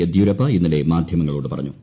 യെദ്യൂരപ്പ ഇന്നലെ മാധ്യമങ്ങളോട് പറഞ്ഞു